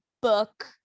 book